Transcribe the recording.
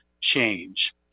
change